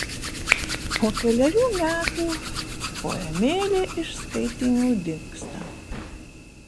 po kelerių metų poemėlė iš skaitinių dingsta